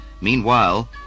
Meanwhile